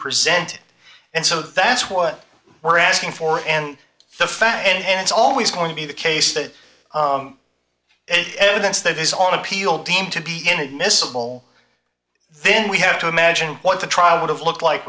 presented and so that's what we're asking for and the facts and it's always going to be the case that evidence that is on appeal deemed to be inadmissible then we have to imagine what the trial would have looked like